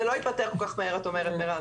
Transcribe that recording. זה לא ייפתר כל כך מהר, את אומרת, מירב.